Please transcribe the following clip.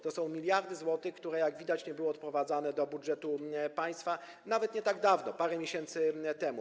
To są miliardy złotych, które jak widać, nie były odprowadzane do budżetu państwa, nawet nie tak dawno, parę miesięcy temu.